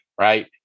Right